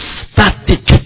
static